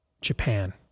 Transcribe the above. Japan